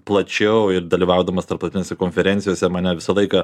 plačiau ir dalyvaudamas tarptautinėse konferencijose mane visą laiką